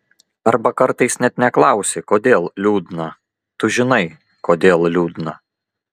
arba kartais net neklausi kodėl liūdna tu žinai kodėl liūdna